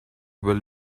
will